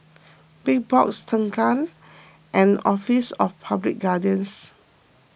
Big Box Tengah and Office of Public Guardian